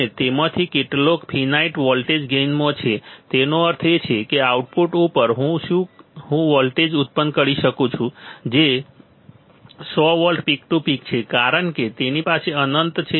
અને તેમાંથી કેટલોક ફિનાઈટ વોલ્ટેજ ગેઇનમાં છે તેનો અર્થ એ છે કે આઉટપુટ ઉપર હું શું હું વોલ્ટેજ ઉત્પન્ન કરી શકું છું જે 100 વોલ્ટ પીક ટુ પીક છે કારણ કે તેની પાસે અનંત છે